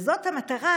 וזאת המטרה